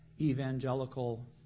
evangelical